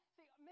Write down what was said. See